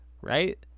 right